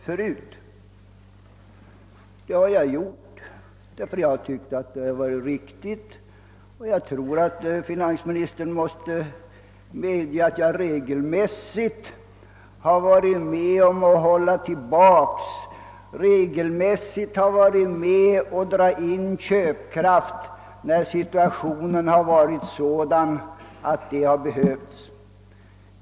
Jag har gjort detta därför att jag tyckt att det varit riktigt, och jag tror att finansministern måste medge att jag regelmässigt har medverkat till att hålla tillbaka, till att dra in köpkraft när situationen har varit sådan att det behövts.